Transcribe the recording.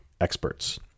experts